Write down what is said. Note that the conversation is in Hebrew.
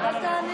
תודה.